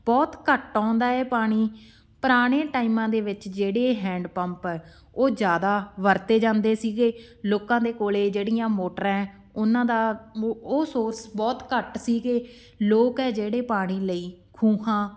ਬਹੁਤ ਘੱਟ ਆਉਂਦਾ ਹੈ ਪਾਣੀ ਪੁਰਾਣੇ ਟਾਈਮਾਂ ਦੇ ਵਿੱਚ ਜਿਹੜੇ ਇਹ ਹੈਂਡ ਪੰਪ ਆ ਉਹ ਜ਼ਿਆਦਾ ਵਰਤੇ ਜਾਂਦੇ ਸੀਗੇ ਲੋਕਾਂ ਦੇ ਕੋਲ ਜਿਹੜੀਆਂ ਮੋਟਰਾਂ ਹੈ ਉਹਨਾਂ ਦਾ ਓ ਉਹ ਸੋਰਸ ਬਹੁਤ ਘੱਟ ਸੀਗੇ ਲੋਕ ਹੈ ਜਿਹੜੇ ਪਾਣੀ ਲਈ ਖੂਹਾਂ